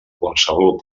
qualsevol